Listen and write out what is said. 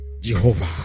Jehovah